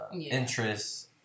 interests